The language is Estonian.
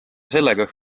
sellega